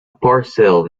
parcel